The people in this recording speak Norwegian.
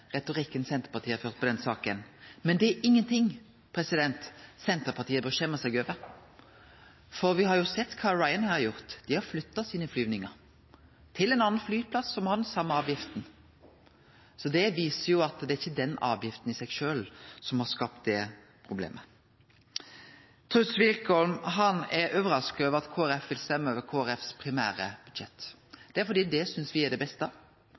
retorikken Senterpartiet har ført i den saka. Men det er ingenting Senterpartiet bør skjemmast over. For me har jo sett kva Ryanair har gjort. Dei har flytta sine flygingar til ein annan flyplass, som har den same avgifta. Det viser at det ikkje er avgifta i seg sjølv som har skapt det problemet. Truls Wickholm er overraska over at Kristeleg Folkeparti vil stemme på Kristeleg Folkepartis primære budsjett. Det gjer me fordi me synest det er det beste.